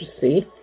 See